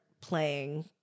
playing